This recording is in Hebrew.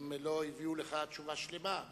הם לא הביאו לך תשובה שלמה.